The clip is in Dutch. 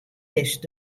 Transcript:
best